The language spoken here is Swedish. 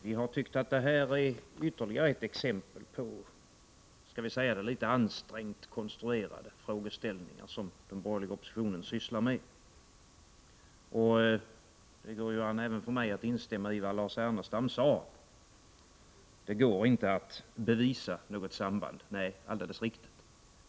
Vi har tyckt att detta är ytterligare ett exempel på skall vi säga litet ansträngt konstruerade frågeställningar som den borgerliga oppositionen sysslar med. Även jag kan instämma i vad Lars Ernestam sade, att det inte går att bevisa något samband.